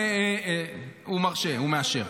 הוא מרשה, הוא מאשר.